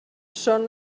són